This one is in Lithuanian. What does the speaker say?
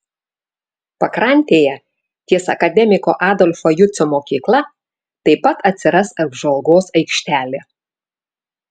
pakrantėje ties akademiko adolfo jucio mokykla taip pat atsiras apžvalgos aikštelė